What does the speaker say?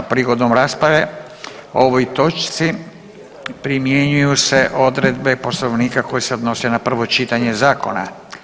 Prigodom rasprave o ovoj točki primjenjuju se odredbe Poslovnika koje se odnose na prvo čitanje zakona.